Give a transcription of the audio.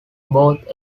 both